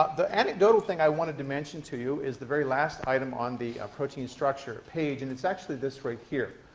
the anecdotal thing i wanted to mention to you is the very last item on the protein structure page, and it's actually this right here.